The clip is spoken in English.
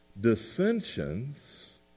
dissensions